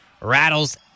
rattles